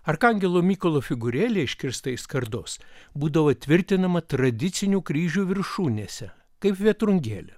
arkangelo mykolo figūrėlė iškirsta iš skardos būdavo tvirtinama tradicinių kryžių viršūnėse kaip vėtrungėlė